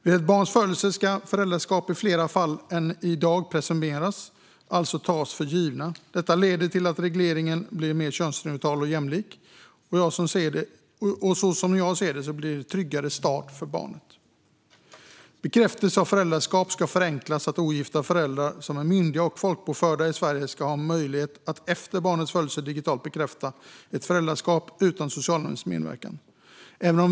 Vid ett barns födelse ska föräldraskap i fler fall än i dag presumeras, alltså tas för givna. Detta leder till att regleringen blir mer könsneutral och jämlik. Som jag ser det blir det en tryggare start för barnet. Bekräftelse av föräldraskap ska förenklas så att ogifta föräldrar som är myndiga och folkbokförda i Sverige ska ha möjlighet att efter barnets födelse digitalt bekräfta ett föräldraskap utan socialnämndens medverkan.